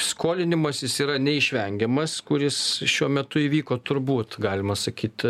skolinimasis yra neišvengiamas kuris šiuo metu įvyko turbūt galima sakyt